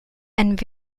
and